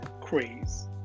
Craze